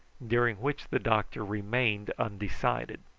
during which the doctor remained undecided.